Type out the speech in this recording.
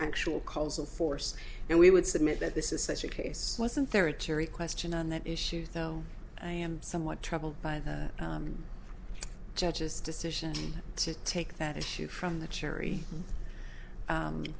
actual cause of force and we would submit that this is such a case wasn't there a jury question on that issue throw i am somewhat troubled by the judge's decision to take that issue from the